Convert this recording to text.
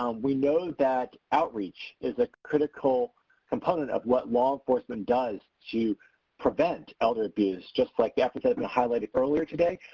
um we know that outreach is a critical component of what law enforcement does to prevent elder abuse. just like yeah but and the highlighted earlier today,